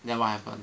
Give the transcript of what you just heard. then what happen